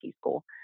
school